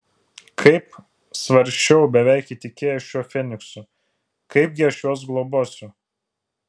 kaip svarsčiau beveik įtikėjęs šiuo feniksu kaipgi aš juos globosiu